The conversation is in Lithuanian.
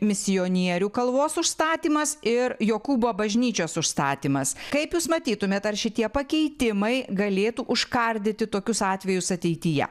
misionierių kalvos užstatymas ir jokūbo bažnyčios užstatymas kaip jūs matytumėt ar šitie pakeitimai galėtų užkardyti tokius atvejus ateityje